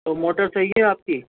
تو موٹر صحیح ہے آپ کی